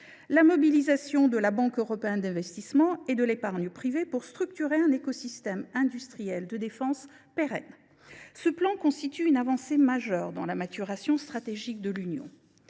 la mobilisation de la Banque européenne d’investissement et de l’épargne privée pour structurer un écosystème industriel de défense pérenne. Ce plan constitue une avancée majeure dans la maturation stratégique de l’Union.